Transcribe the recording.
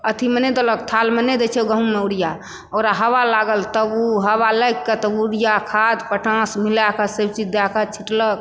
अथी मे नहि देलक थाल मे देलक गहूॅंम मे यूरिया ओकरा हवा लागल तब ओ हवा लागि कऽ तब यूरिया खाद पटाश मिलाए कऽ सैब चीज दए कऽ छिटलक